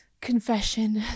confession